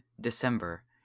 December